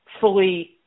fully